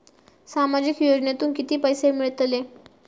सामाजिक योजनेतून किती पैसे मिळतले?